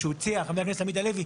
שהוא הציע חבר הכנסת עמית הלוי,